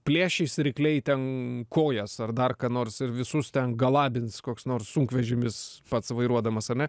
plėšys rykliai ten kojas ar dar ką nors ir visus ten galabins koks nors sunkvežimis pats vairuodamas ane